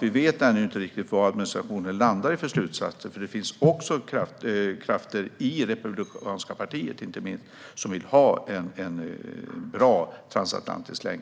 vi vet ännu inte vilka slutsatser administrationen landar i, för det finns krafter - inte minst i det republikanska partiet - som vill ha en bra transatlantisk länk.